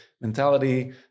mentality